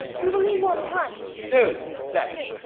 we will need more time no, sir.